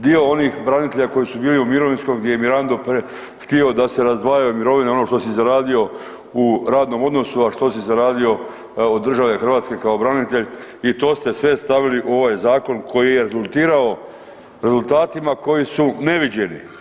Dio onih branitelja koji su bili u mirovinskom gdje je Mirando htio da se razdvajaju mirovine ono što si zaradio u radnom odnosu, a što si zaradio od države Hrvatske kao branitelj i to ste sve stavili u ovaj zakon koji je rezultirao rezultatima koji su neviđeni.